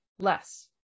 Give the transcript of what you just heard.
Less